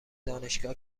دانشگاه